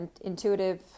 intuitive